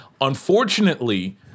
unfortunately